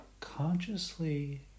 consciously